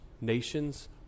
nations